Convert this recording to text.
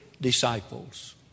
disciples